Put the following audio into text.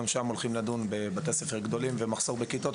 גם שם הולכים לדון בבתי ספר גדולים ומחסור בכיתות,